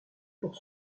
pour